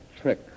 trick